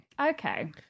Okay